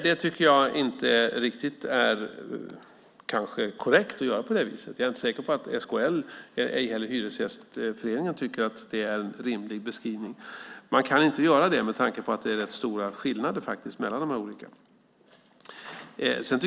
Jag tycker inte att det är riktigt korrekt att göra på det viset. Jag är inte heller säker på att SKL och Hyresgästföreningen tycker att det är riktigt. Man kan inte göra det med tanke på att det är rätt stora skillnader mellan de olika modellerna.